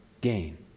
gain